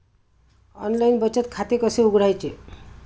Online बचत खाते कसे उघडायचे?